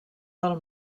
del